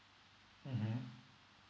mmhmm